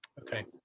Okay